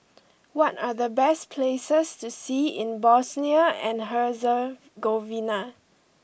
what are the best places to see in Bosnia and Herzegovina